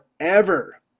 forever